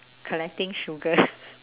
collecting shuga